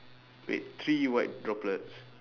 wait three white droplets